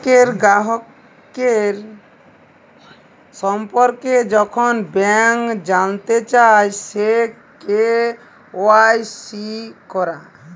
ব্যাংকের গ্রাহকের সম্পর্কে যখল ব্যাংক জালতে চায়, সে কে.ওয়াই.সি ক্যরা